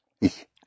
Ich